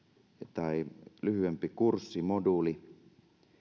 tai lyhyempi kurssimoduuli